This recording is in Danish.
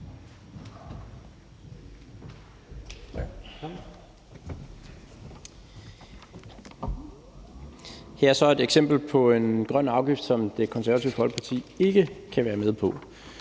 der så et eksempel på en grøn afgift, som De Konservative ikke kan være med på,